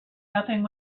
nothing